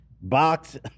Box